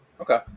Okay